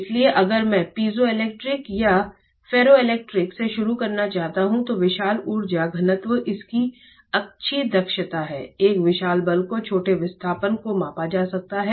इसलिए अगर मैं पीजोइलेक्ट्रिक या फेरोइलेक्ट्रिक से शुरू करना चाहता हूं तो विशाल ऊर्जा घनत्व इसकी अच्छी दक्षता है एक विशाल बल को छोटे विस्थापन को मापा जा सकता है